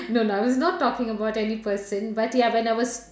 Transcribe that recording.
no no I was not talking about any person but ya when I was